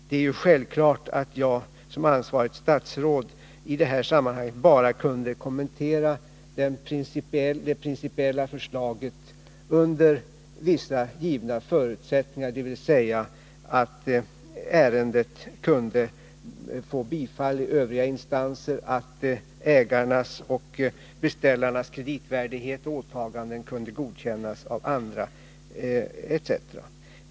Som ansvarigt statsråd Måndagen den kunde jag naturligtvis i det här sammanhanget bara kommentera det 24 november 1980 principiella förslaget under vissa givna förutsättningar, dvs. att ärendet kunde få bifall i övriga instanser, att ägarnas och beställarnas kreditvärdighet Om sysselsättningoch åtaganden kunde godkännas av andra etc.